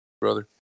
brother